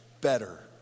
better